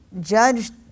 judged